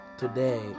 today